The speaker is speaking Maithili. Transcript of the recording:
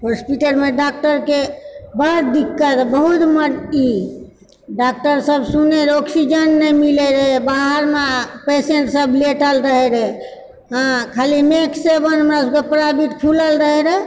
हॉस्पिटलमे डॉक्टरके बड्ड दिक्कत बहुत ई डॉक्टर सभ सुनए नहि रहए ऑक्सिजन नहि मिलए रहए बाहरमे पेसेन्ट सभ लेटल रहैत रहए हँ खाली मैक्स सेवनमे एगो प्राइभेट खुलल रहैत रहए